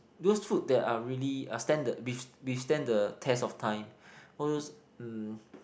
those food that are really uh stand the withstand the test of time all those um